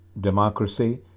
democracy